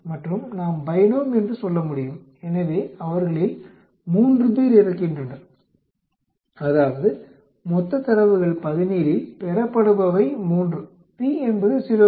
மற்றும் நாம் பைனோம் என்று சொல்ல முடியும் எனவே அவர்களில் 3 பேர் இறக்கின்றனர் அதாவது மொத்த தரவுகள் 17இல் பெறப்படுபவை 3 p என்பது 0